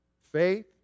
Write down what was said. faith